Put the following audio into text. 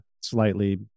slightly